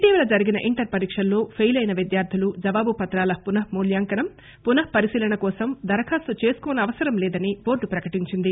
ఇటీవల జరిగిన ఇంటర్ పరీక్షల్లో ఫెయిలైన విద్యార్దులు జవాబు పత్రాల పునఃమూల్యాంకనం పునఃపరిశీలన కోసం దరఖాస్తు చేసుకోనవసరం లేదని టోర్డు ప్రకటించింది